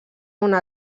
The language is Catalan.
una